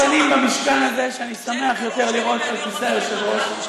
שאין פנים במשכן הזה שאני שמח יותר לראות בכיסא היושב-ראש,